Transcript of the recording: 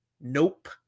Nope